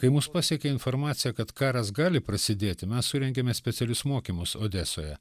kai mus pasiekė informacija kad karas gali prasidėti mes surengėme specialius mokymus odesoje